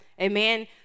Amen